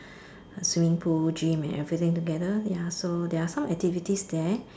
swimming pool gym and everything together ya so there are some activities there